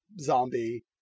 Zombie